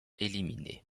éliminer